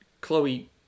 Chloe